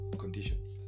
conditions